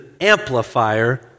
amplifier